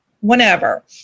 whenever